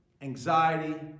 anxiety